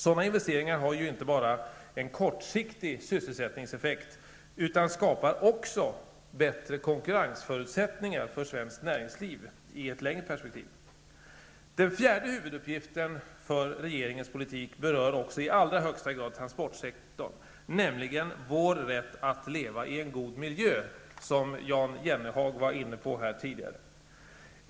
Sådana investeringar har ju inte bara en kortsiktig sysselsättningseffekt, utan skapar också bättre konkurrensförutsättningar för svenskt näringsliv i längre perspektiv. Den fjärde huvuduppgiften för regeringens politik berör också i allra högsta grad transportsektorn, nämligen vår rätt att leva i en god miljö, som Jan Jennehag var inne på här tidigare.